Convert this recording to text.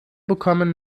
bekommen